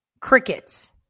crickets